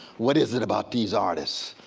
what is it about these artists,